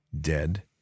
dead